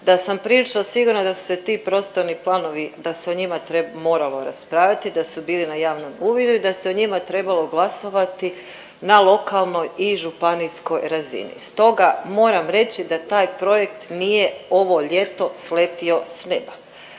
da sam prilično da su se ti prostorni planovi, da se o njima moralo raspraviti, da su bili na javnom uvidu i da se o njima trebalo glasovati na lokalnoj i županijskoj razini. Stoga moram reći da taj projekt nije ovo ljeto sletio s neba.